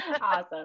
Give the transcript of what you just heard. Awesome